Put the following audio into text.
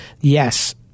yes